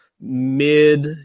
mid